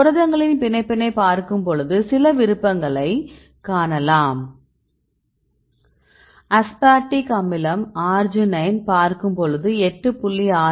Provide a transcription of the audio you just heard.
புரதங்களின் பிணைப்பினை பார்க்கும்பொழுது சில விருப்பங்களை காணலாம் அஸ்பார்டிக் அமிலம் அர்ஜினைன் பார்க்கும் பொழுது 8